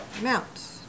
amounts